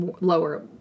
lower